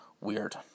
weird